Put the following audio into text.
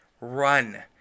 Run